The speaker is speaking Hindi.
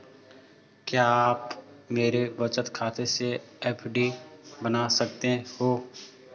क्या आप मेरे बचत खाते से एफ.डी बना सकते हो?